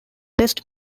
best